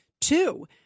Two